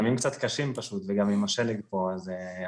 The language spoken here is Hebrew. ימים קצת קשים פשוט וגם עם השלג פה הצפוי.